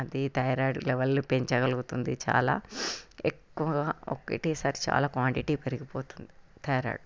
అది thyroid level పెంచగలుగుతుంది చాలా ఎక్కువగా ఒకసారి చాలా క్వాంటిటీ పెరిగిపోతుంది థైరాయిడ్